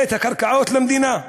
את הקרקעות למדינה.